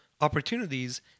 Opportunities